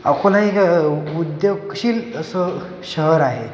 अकोला हे एक उद्योगशील असं शहर आहे